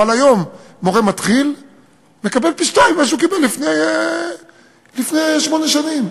אבל היום מורה מתחיל מקבל פי-שניים ממה שקיבלו לפני שמונה שנים.